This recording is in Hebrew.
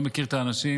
לא מכיר את האנשים,